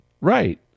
right